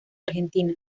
argentina